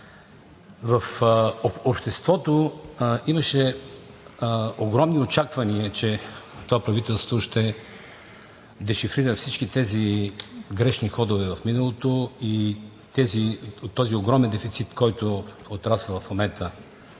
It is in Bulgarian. В обществото имаше огромни очаквания, че това правителство ще дешифрира всички тези грешни ходове в миналото и този огромен дефицит, в който отрасълът в момента